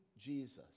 Jesus